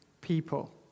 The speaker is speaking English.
people